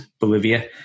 Bolivia